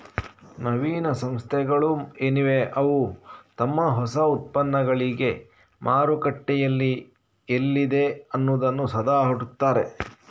ನವೀನ ಸಂಸ್ಥೆಗಳು ಏನಿವೆ ಅವು ತಮ್ಮ ಹೊಸ ಉತ್ಪನ್ನಗಳಿಗೆ ಮಾರುಕಟ್ಟೆ ಎಲ್ಲಿದೆ ಅನ್ನುದನ್ನ ಸದಾ ಹುಡುಕ್ತಾರೆ